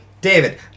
David